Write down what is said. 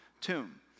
tomb